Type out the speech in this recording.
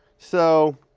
so,